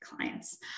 clients